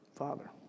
father